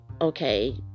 okay